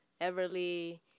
Everly